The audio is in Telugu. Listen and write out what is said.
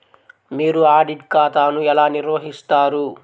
మీరు ఆడిట్ ఖాతాను ఎలా నిర్వహిస్తారు?